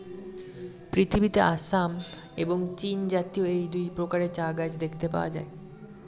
পৃথিবীতে আসাম এবং চীনজাতীয় এই দুই প্রকারের চা গাছ দেখতে পাওয়া যায়